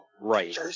Right